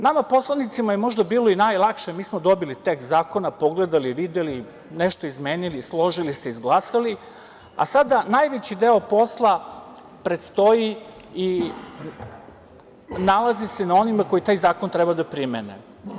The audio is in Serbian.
Nama poslanicima je možda bilo i najlakše, mi smo dobili tekst zakona, pogledali i videli, nešto izmenili, složili se i izglasali, a sada najveći deo posla predstoji i nalazi se na onima koji taj zakon treba da primene.